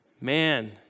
Man